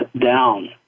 down